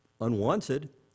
unwanted